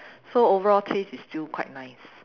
so overall taste is still quite nice